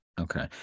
okay